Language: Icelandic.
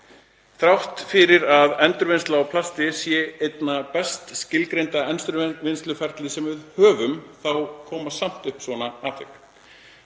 Þrátt fyrir að endurvinnsla á plasti sé einna best skilgreinda endurvinnsluferlið sem við höfum þá koma samt upp svona atvik.